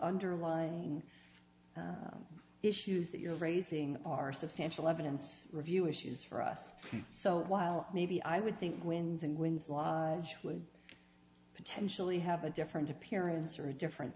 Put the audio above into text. underlying issues that you're raising are substantial evidence review issues for us so while maybe i would think wins and wins would potentially have a different appearance or a different